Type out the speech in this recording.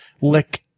lick